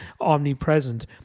omnipresent